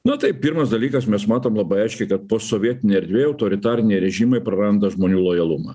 nu tai pirmas dalykas mes matom labai aiškiai kad posovietinė erdvė autoritariniai režimai praranda žmonių lojalumą